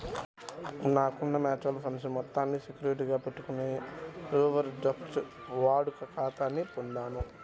నాకున్న mutual funds మొత్తాలను సెక్యూరిటీలుగా పెట్టుకొని ఓవర్ డ్రాఫ్ట్ వాడుక ఖాతాని పొందాను